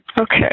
Okay